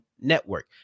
Network